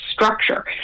Structure